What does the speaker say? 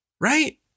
Right